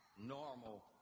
normal